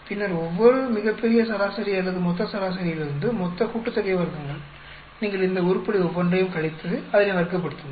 பின்னர் ஒவ்வொரு மிகப் பெரிய சராசரி அல்லது மொத்த சராசரியிலிருந்து மொத்த கூட்டுத்தொகை வர்க்கங்கள் நீங்கள் இந்த உருப்படி ஒவ்வொன்றையும் கழித்து அதனை வர்க்கப்படுத்துங்கள்